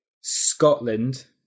Scotland